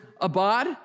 Abad